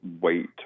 wait